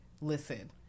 Listen